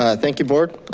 ah thank you board,